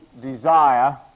desire